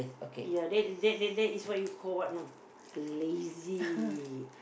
ya that that that that is what you call what you know lazy